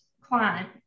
client